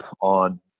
on